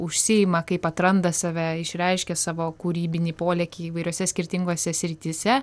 užsiima kaip atranda save išreiškia savo kūrybinį polėkį įvairiose skirtingose srityse